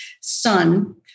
son